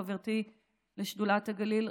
חברתי לשדולת הגליל,